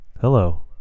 Hello